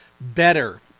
better